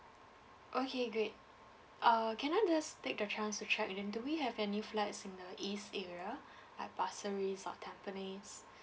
okay great err can I just take the chance to check and then do we have any flats in the east area like pasir ris or tampines